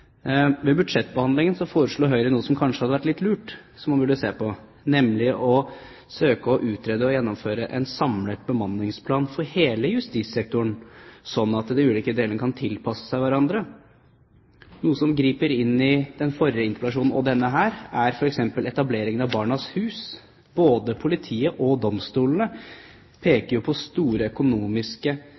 Ved budsjettbehandlingen foreslo Høyre noe som kanskje hadde vært litt lurt, som man burde se på, nemlig å søke å utrede og gjennomføre en samlet bemanningsplan for hele justissektoren, sånn at de ulike delene kan tilpasses hverandre. Noe som griper inn i den forrige interpellasjonen, og denne, er f.eks. etableringen av Barnas Hus. Både politiet og domstolene peker jo på store økonomiske